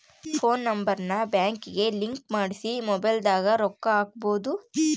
phone number ನ ಬ್ಯಾಂಕಿಗೆ link ಮಾಡ್ಸಿ ಮೊಬೈಲದಾಗ ರೊಕ್ಕ ಹಕ್ಬೊದು